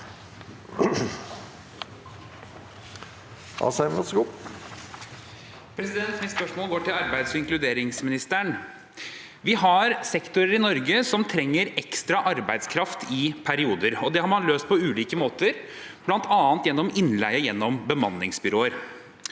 Mitt spørsmål går til arbeids- og inkluderingsministeren. Vi har sektorer i Norge som trenger ekstra arbeidskraft i perioder. Det har man løst på ulike måter, bl.a. gjennom innleie fra bemanningsbyråer.